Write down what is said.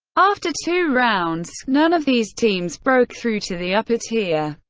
after two rounds, none of these teams broke through to the upper tier.